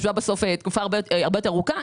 ובסוף היא ישבה תקופה הרבה יותר ארוכה.